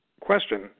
question